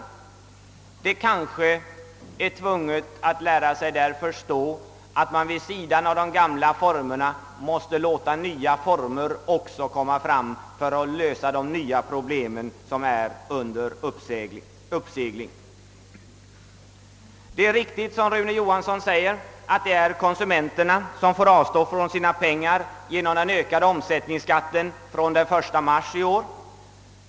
Man måste kanske på det hållet lära sig att förstå, att det är nödvändigt att låta också andra företagsformer komma fram för att lösa de nya problem som är under uppsegling. Det är riktigt som statsrådet Johansson sade att det är konsumenterna som får avstå från de pengar som tas in genom att omsättningsskatten höjs den 1 mars i år.